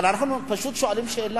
אבל אנחנו פשוט שואלים שאלה: